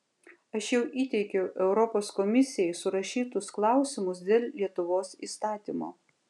aš jau įteikiau europos komisijai surašytus klausimus dėl lietuvos įstatymo